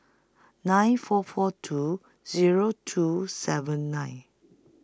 nine four four two Zero two seven nine